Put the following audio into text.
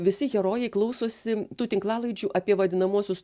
visi herojai klausosi tų tinklalaidžių apie vadinamuosius